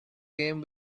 game